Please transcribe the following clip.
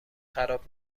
خراب